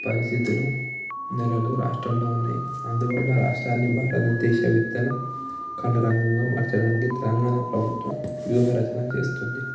పరిస్థితులు నెలలు రాష్ట్రంలో ఉన్నాయి అందువల్ల రాష్ట్రాన్ని భారతదేశ విత్తన కళరంగంగా మార్చడానికి తెలంగాణ ప్రభుత్వం వ్యూహ రచన చేస్తోంది